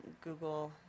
Google